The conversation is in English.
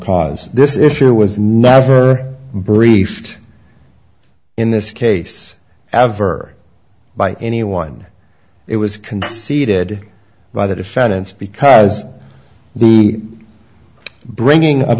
cause this issue was never briefed in this case ever by anyone it was conceded by the defendants because the bringing up